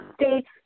States